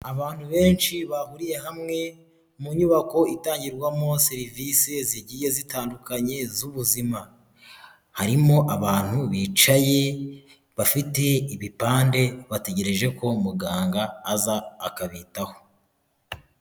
Abantu benshi bahuriye hamwe mu nyubako itangirwamo serivisi zigiye zitandukanye z'ubuzima, harimo abantu bicaye bafite ibipande bategereje ko muganga aza akabitaho.